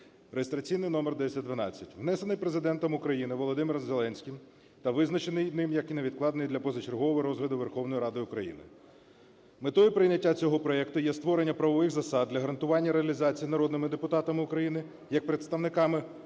(реєстраційний номер1012), внесений Президентом України Володимиром Зеленським та визначений ним як невідкладний для позачергового розгляду Верховною Радою України. Метою прийняття цього проекту є створення правових засад для гарантування реалізації народними депутатами України як представниками